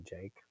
Jake